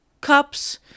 cups